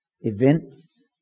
events